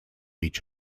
each